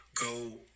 Go